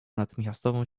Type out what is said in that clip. natychmiastową